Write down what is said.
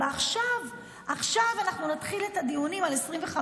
עכשיו אנחנו נתחיל את הדיונים על 2025,